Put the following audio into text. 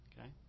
okay